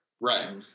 right